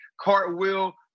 cartwheel